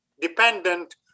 dependent